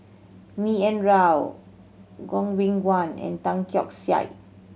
B N Rao Goh Beng Kwan and Tan Keong Saik